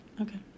Okay